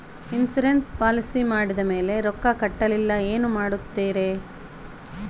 Insurance policy ಮಾಡಿದ ಮೇಲೆ ರೊಕ್ಕ ಕಟ್ಟಲಿಲ್ಲ ಏನು ಮಾಡುತ್ತೇರಿ?